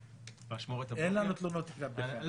באשמורת הבוקר --- אין לנו תלונות כלפיכם,